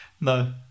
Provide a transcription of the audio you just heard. No